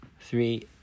three